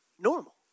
normal